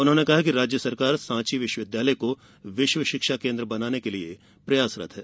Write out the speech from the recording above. उन्होंने कहा कि राज्य सरकार सांची विश्वविद्यालय को विश्व शिक्षा केंद्र बनाने के लिए प्रयासरत हैं